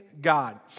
God